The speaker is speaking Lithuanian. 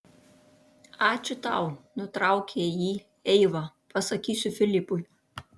ačiū tau nutraukė jį eiva pasakysiu filipui